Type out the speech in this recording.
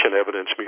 Evidence